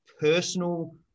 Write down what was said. personal